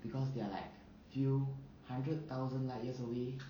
because they're like few hundred thousand light years away